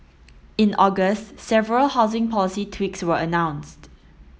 in August several housing policy tweaks were announced